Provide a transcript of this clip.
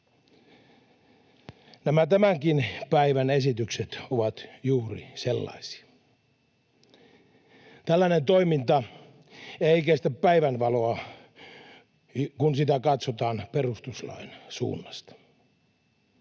Nämä tämänkin päivän esitykset ovat juuri sellaisia. Tällainen toiminta ei kestä päivänvaloa, kun sitä katsotaan perustuslain suunnasta.